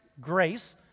grace